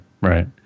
right